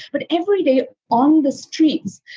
but every day on the streets,